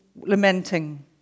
lamenting